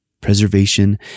preservation